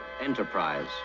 Enterprise